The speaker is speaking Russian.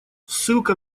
ссылка